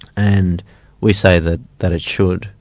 and we say that that it should,